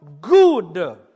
good